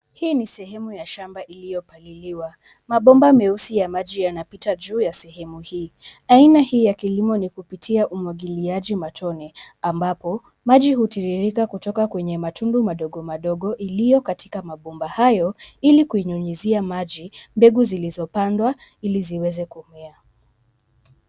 Hii ni sehemu ya shamba iliyopaliliwa. Mabomba meusi ya maji yanapita juu ya sehemu ii. Aina hii ya kilimo ni kupitia umwagiliaji matone ambapo maji utiririka kutoka kwenye matundu madogo madogo iliokatika mabomba haya ili kunyunyizia maji mbegu zilizopandwa ili ziweze kumea.